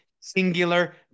Singular